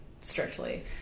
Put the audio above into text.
strictly